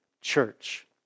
church